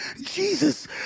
Jesus